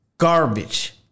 Garbage